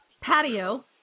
patio